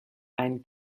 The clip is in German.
ein